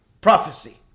prophecy